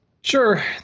Sure